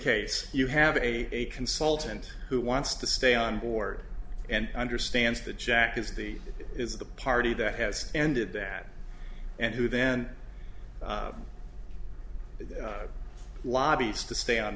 case you have a consultant who wants to stay on board and understands that jack is the is the party that has ended that and who then lobbies to stay on